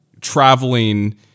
traveling